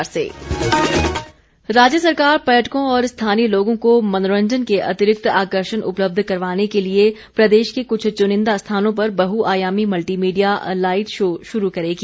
मुख्यमंत्री राज्य सरकार पर्यटकों और स्थानीय लोगों को मनोरंजन के अतिरिक्त आकर्षण उपलब्ध करवाने के लिए प्रदेश के कुछ चुनिंदा स्थानों पर बहुआयामी मल्टीमीडिया लाईट शो शुरू करेगी